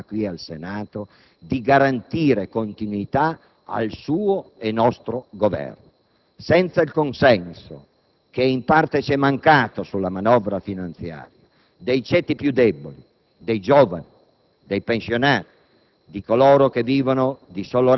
al di là degli esigui numeri che la nostra maggioranza ha qui al Senato, di garantire continuità al suo e nostro Governo. Senza il consenso, che in parte ci è mancato, sulla manovra finanziaria dei ceti più deboli, dei giovani,